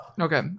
Okay